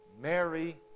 Mary